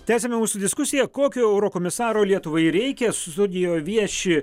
tęsiame mūsų diskusiją kokio eurokomisaro lietuvai reikia studijoj vieši